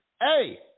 hey